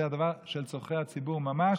זה דבר של צורכי הציבור ממש.